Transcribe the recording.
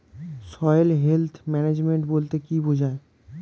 Soil health management বলতে কি বুঝায়?